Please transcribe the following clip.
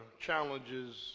challenges